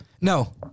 No